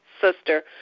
sister